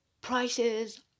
prices